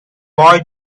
boy